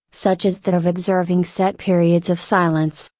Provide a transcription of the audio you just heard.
such as that of observing set periods of silence.